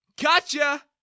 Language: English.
Gotcha